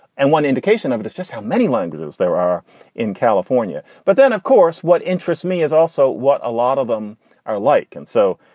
and one indication of it is just how many languages there are in california. but then, of course, what interests me is also what a lot of them are like. and so,